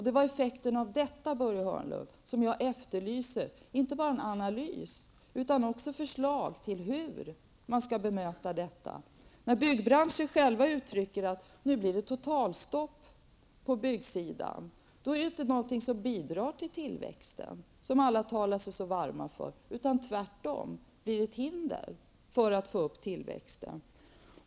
Det var effekten av detta som jag efterlyste, inte bara en analys, utan också förslag till hur man skall bemöta detta. Byggbranschen själv säger att nu blir det totalstopp på byggsidan. Detta är inte någonting som bidrar till tillväxten, som alla talar sig så varma för, tvärtom blir det ett hinder för att öka tillväxten.